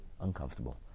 uncomfortable